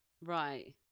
Right